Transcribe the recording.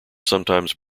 sometimes